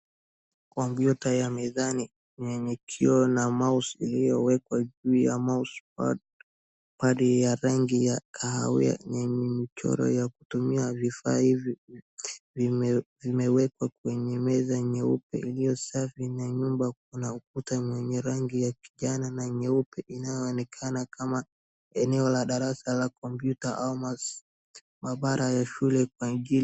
Kompyuta ya mezani, yenye kio na mouse iliyowekwa juu ya mousepad ya rangi ya kahawia. Yenye michoro ya kutumia vifaa hivi, vimewekwa kwenye meza nyeupe iliyo safi na nyuma kuna ukuta wenye rangi ya kijani na nyeupe inayoonekana kama eneo la darasa la computer au mabara ya shule kwa njii.